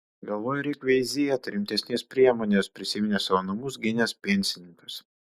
galvoju reik veizėt rimtesnės priemonės prisiminė savo namus gynęs pensininkas